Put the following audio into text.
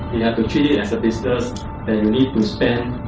you have to treat it as a business that you need to spend